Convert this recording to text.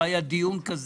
לא היה דיון כזה,